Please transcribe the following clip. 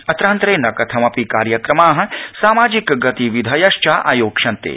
अत्रांतरे न कथमपि कार्यक्रमा सामाजिक गतिविधयश्च आयोक्ष्यन्ते